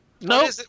No